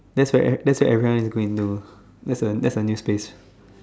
that's where that's where everyone is going do that's a that's a new space